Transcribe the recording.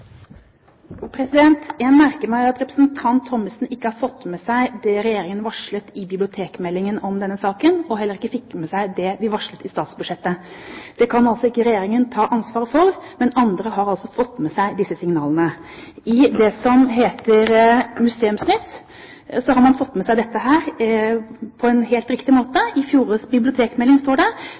Jeg merker meg at representanten Thommessen ikke har fått med seg det Regjeringen varslet i bibliotekmeldingen om denne saken, og heller ikke fikk med seg det vi varslet i statsbudsjettet. Det kan ikke Regjeringen ta ansvaret for, men andre har altså fått med seg disse signalene. I det som heter Museumsnytt, har man fått med seg dette på en helt riktig måte. «I fjorårets bibliotekmelding», står det,